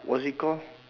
what is it call